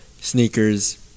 sneakers